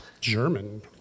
German